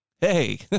Hey